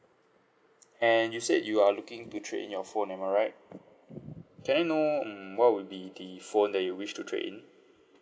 and you said you are looking to trade in your phone am I right can I know mm what would be the phone that you wish to trade in